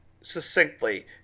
succinctly